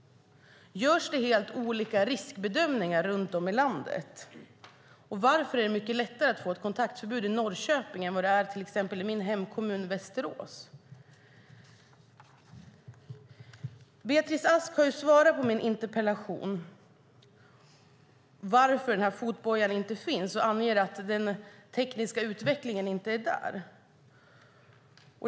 Görs det helt olika riskbedömningar runt om i landet? Varför är det mycket lättare att få ett kontaktförbud i Norrköping än vad det är i till exempel min hemkommun Västerås? Beatrice Ask har svarat på min interpellation om varför denna fotboja inte finns och anger att den tekniska utrustningen inte finns på plats.